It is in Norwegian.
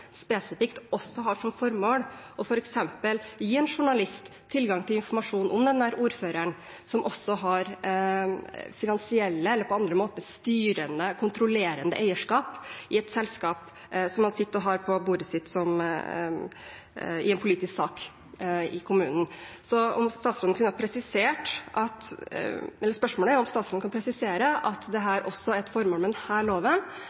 også har som spesifikt formål f.eks. å gi en journalist tilgang til informasjon om en gitt ordfører som har finansielle interesser eller på andre måter et styrende, kontrollerende eierskap i et selskap som han har på bordet sitt som del av en politisk sak i kommunen. Kan statsråden presisere at også dette er et formål med denne loven, som også var bestillingen fra Stortinget i 2015? Det